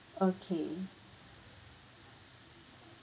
okay